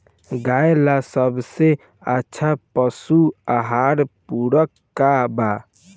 गाय ला सबसे अच्छा पशु आहार पूरक का बा?